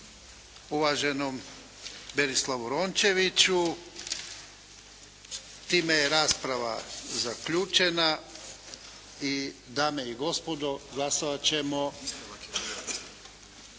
uvaženom Berislavu Rončeviću. Time je rasprava zaključena i dame i gospodo glasovat ćemo.